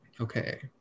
Okay